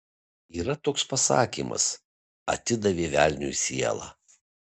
yra toks pasakymas atidavė velniui sielą